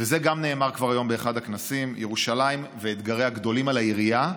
וגם זה כבר נאמר היום באחד הכנסים: ירושלים ואתגריה גדולים על העירייה.